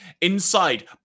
Inside